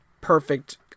perfect